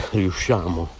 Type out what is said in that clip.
riusciamo